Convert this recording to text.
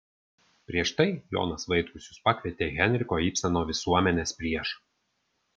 prieš tai jonas vaitkus jus pakvietė į henriko ibseno visuomenės priešą